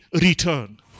return